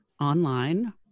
online